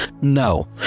No